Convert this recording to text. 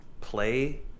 play